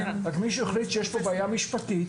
רק מישהו החליט שיש פה בעיה משפטית.